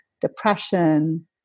depression